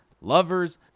lovers